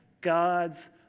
God's